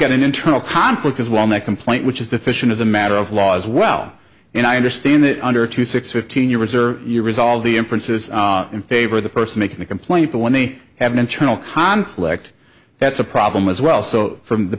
get an internal conflict as well that complaint which is deficient as a matter of law as well and i understand that under two six fifteen years or you resolve the inferences in favor of the person making the complaint the one they have an internal conflict that's a problem as well so from the